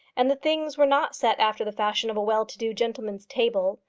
and the things were not set after the fashion of a well-to-do gentleman's table,